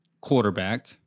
quarterback